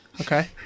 okay